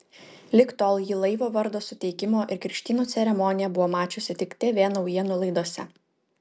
lig tol ji laivo vardo suteikimo ir krikštynų ceremoniją buvo mačiusi tik tv naujienų laidose